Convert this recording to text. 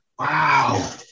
Wow